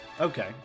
Okay